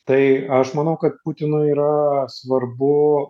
tai aš manau kad putinui yra svarbu